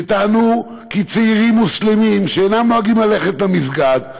וטענו כי צעירים מוסלמים שאינם נוהגים ללכת למסגד,